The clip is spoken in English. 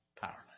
powerless